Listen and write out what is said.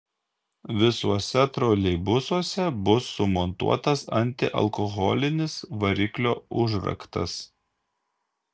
visuose troleibusuose bus sumontuotas antialkoholinis variklio užraktas